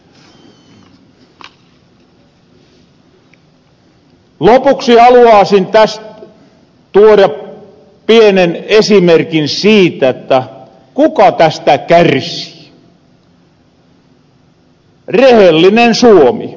lopuksi haluaasin täst tuoda pienen esimerkin siitä jotta kuka tästä kärsii